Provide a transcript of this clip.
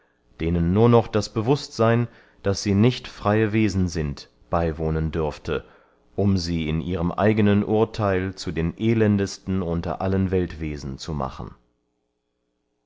denen nur noch das bewußtseyn daß sie nicht freye wesen sind beywohnen dürfte um sie in ihrem eigenen urtheil zu den elendesten unter allen weltwesen zu machen